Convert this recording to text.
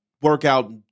workout